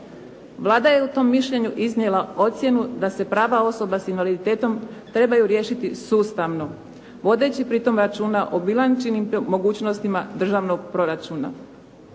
Vlada je u tom mišljenju iznijela ocjenu da se prava osoba s invaliditetom trebaju riješiti sustavno vodeći pritom računa o bilančnim mogućnostima državnog proračuna.